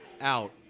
out